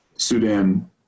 Sudan